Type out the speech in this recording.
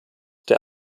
der